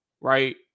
right